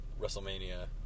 WrestleMania